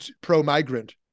pro-migrant